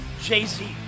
Jay-Z